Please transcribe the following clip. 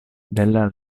della